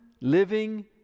living